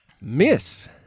Miss